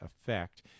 effect